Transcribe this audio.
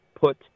put